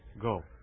Go